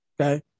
okay